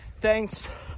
Thanks